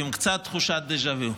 עם קצת תחושת דז'ה וו.